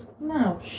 No